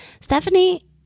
Stephanie